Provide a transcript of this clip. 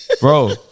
Bro